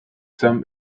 sommes